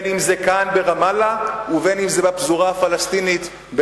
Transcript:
אם כאן ברמאללה ואם בפזורה הפלסטינית,